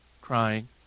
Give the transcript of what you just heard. crying